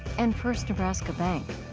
and first nebraska bank.